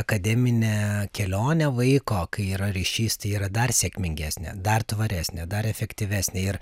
akademinė kelionė vaiko kai yra ryšys tai yra dar sėkmingesnė dar tvaresnė dar efektyvesnė ir